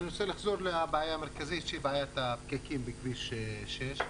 אני רוצה לחזור לבעיה המרכזית שהיא בעיית הפקקים בכביש 6,